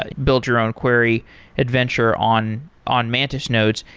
ah build your own query adventure on on mantis nodes.